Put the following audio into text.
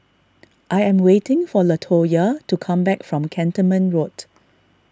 I am waiting for Latoya to come back from Cantonment Road